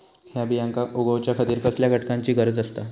हया बियांक उगौच्या खातिर कसल्या घटकांची गरज आसता?